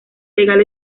legal